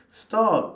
stop